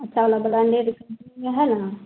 अच्छा वाला branded company यह है ना